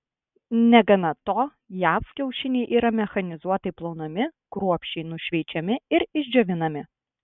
negana to jav kiaušiniai yra mechanizuotai plaunami kruopščiai nušveičiami ir išdžiovinami